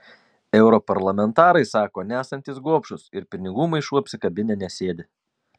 europarlamentarai sako nesantys gobšūs ir pinigų maišų apsikabinę nesėdi